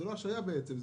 זאת לא השהייה בעצם,